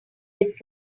its